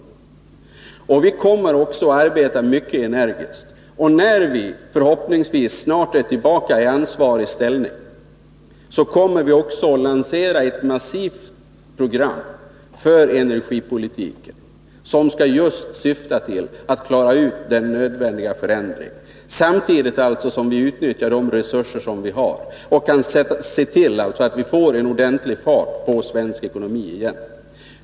Vi socialdemokrater kommer att arbeta mycket energiskt med detta, och när vi förhoppningsvis snart är tillbaka i ansvarig ställning kommer vi också att lansera ett massivt program för energipolitiken. Det skall syfta just till att genomföra den nödvändiga förändringen samtidigt som vi utnyttjar de resurser vi har, så att vi kan se till att det blir en ordentlig fart på svensk ekonomi igen.